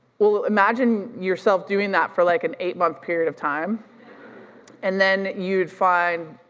well, imagine yourself doing that for like an eight month period of time and then, you'd find